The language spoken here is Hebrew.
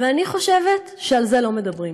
אני חושבת שעל זה לא מדברים.